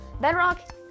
Bedrock